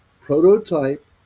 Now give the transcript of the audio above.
prototype